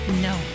No